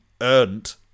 earned